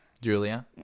Julia